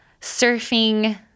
surfing